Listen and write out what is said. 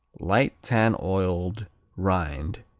light-tan oiled rind,